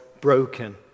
broken